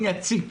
היציג